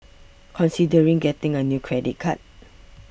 considering getting a new credit card